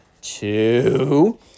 two